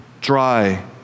dry